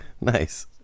nice